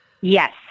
Yes